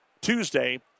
Tuesday